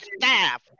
staff